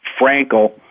Frankel